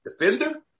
defender